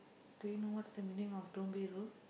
do you know what's the meaning of don't be rude